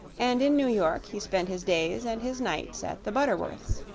and in new york he spent his days and his nights at the butterworths'.